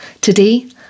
Today